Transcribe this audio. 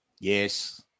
Yes